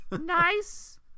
Nice